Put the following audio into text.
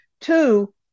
Two